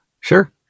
Sure